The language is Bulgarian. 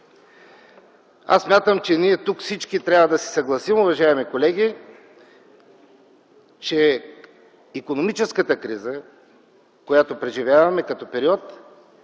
Аз смятам, че всички ние тук трябва да се съгласим, уважаеми колеги, че икономическата криза, която преживяваме като период,